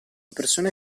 persone